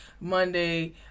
Monday